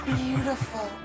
beautiful